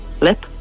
Lip